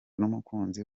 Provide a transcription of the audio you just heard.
n’umukunzi